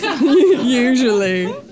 Usually